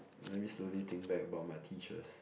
let me slowly think back about my teachers